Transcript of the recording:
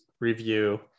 review